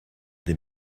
des